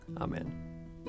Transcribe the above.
Amen